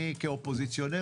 אני כאופוזיציונר,